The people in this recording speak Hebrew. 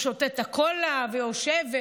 והוא שותה את הקולה ויושב.